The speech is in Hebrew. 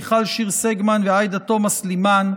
מיכל שיר סגמן ועאידה תומא סלימאן.